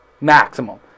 maximum